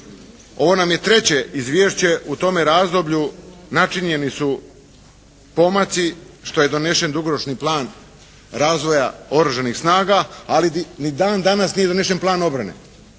Ovo nam je treće izvješće. U tome razdoblju načinjeni su pomaci što je donesen dugoročni plan razvoja oružanih snaga ali ni dan danas nije donesen plan obrane